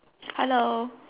hello